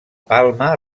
palma